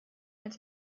als